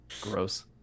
Gross